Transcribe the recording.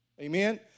Amen